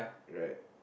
right